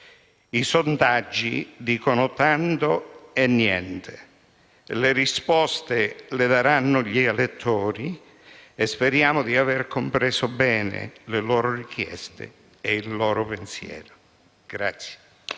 I sondaggi dicono tanto e niente. Le risposte le daranno gli elettori e speriamo di aver compreso bene le loro richieste e il loro pensiero.